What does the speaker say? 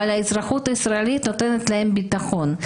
אבל האזרחות הישראלית נותנת להם ביטחון.